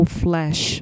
flesh